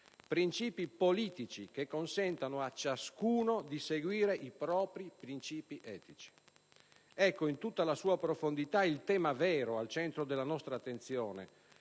princìpi politici che consentano a ciascuno di seguire i propri princìpi etici». Ecco, in tutta la sua profondità, il tema vero al centro della nostra attenzione,